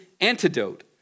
antidote